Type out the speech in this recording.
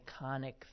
iconic